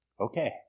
okay